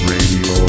Radio